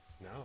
no